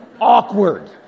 Awkward